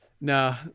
nah